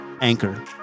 Anchor